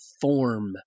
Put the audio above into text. form